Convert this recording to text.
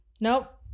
Nope